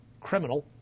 criminal